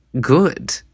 good